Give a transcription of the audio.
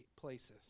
places